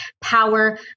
power